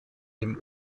dem